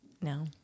no